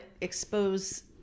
expose